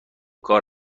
کار